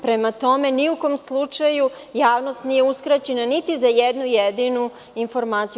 Prema tome ni u kom slučaju javnost nije uskraćena ni za jednu jedinu informaciju.